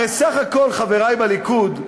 הרי בסך הכול, חברי בליכוד,